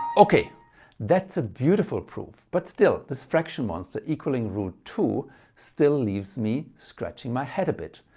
okay that's a beautiful proof but still this fraction monster equaling root two still leaves me scratching my head a bit.